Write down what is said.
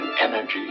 energy